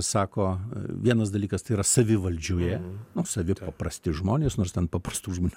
sako vienas dalykas tai yra savi valdžioje nu savi paprasti žmonės nors ten paprastų žmonių